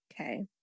Okay